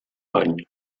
bany